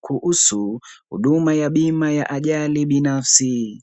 kuhusu huduma ya bima ya ajali binafsi.